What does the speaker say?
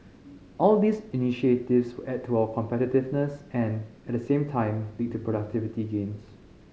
all these initiatives will add to our competitiveness and at the same time lead to productivity gains